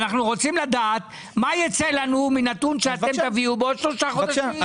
אנחנו רוצים לדעת מה ייצא לנו מנתון שאתם תביאו עוד שלושה חודשים?